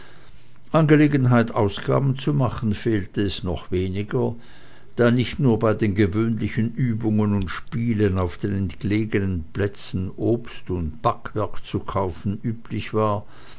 gelegenheit ausgaben zu machen fehlte es noch weniger da nicht nur bei den gewöhnlichen übungen und spielen auf den entlegenen plätzen obst und backwerk zu kaufen üblich war